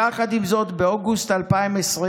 יחד עם זאת, באוגוסט 2020,